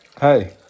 Hey